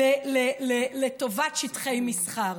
לטובת שטחי מסחר.